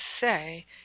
say